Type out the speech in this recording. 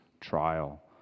trial